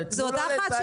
21 יום זה סביר?